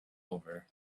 over